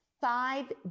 five